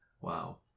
Wow